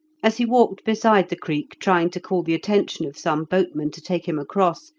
as he walked beside the creek trying to call the attention of some boatman to take him across,